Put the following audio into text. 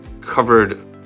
covered